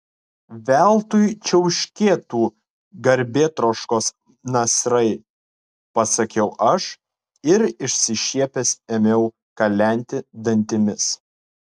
veltui čiauškėtų garbėtroškos nasrai pasakiau aš ir išsišiepęs ėmiau kalenti dantimis